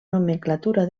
nomenclatura